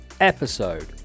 episode